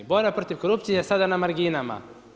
Borba protiv korupcije je sada na marginama.